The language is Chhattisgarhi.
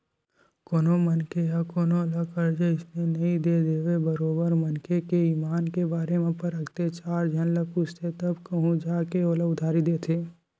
कोनो मनखे ह कोनो ल करजा अइसने नइ दे देवय बरोबर मनखे के ईमान के बारे म परखथे चार झन ल पूछथे तब कहूँ जा के ओला उधारी देथे